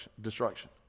destruction